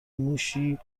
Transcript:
موشی